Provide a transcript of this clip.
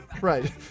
Right